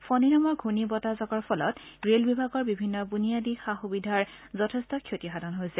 ফণি নামৰ ঘূৰ্ণী বতাহজাকৰ ফলত ৰেল বিভাগৰ বিভিন্ন বুনিয়াদী সা সুবিধাৰ যথেষ্ট ক্ষতি সাধন হৈছে